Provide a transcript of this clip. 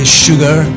sugar